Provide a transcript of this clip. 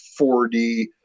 4D